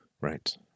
Right